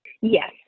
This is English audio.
yes